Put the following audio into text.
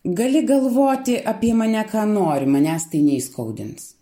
gali galvoti apie mane ką nori manęs tai neįskaudins